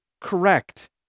correct